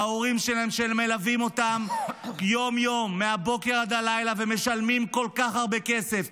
ההורים שמלווים אותם יום-יום מהבוקר ועד הלילה ומשלמים כל כך הרבה כסף.